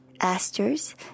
asters